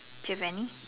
give any